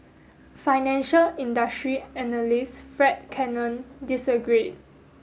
financial industry analyst Fred Cannon disagreed